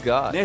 God